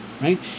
right